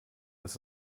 ist